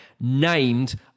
named